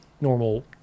normal